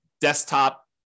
desktop